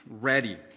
ready